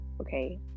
Okay